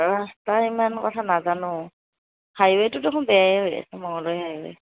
তাৰে ইমান কথা নাজানো হাইৱে'টো দেখোন বেয়াই হৈ আছে মংগলদৈ হাইৱে